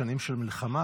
בשנים של מלחמה,